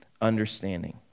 understanding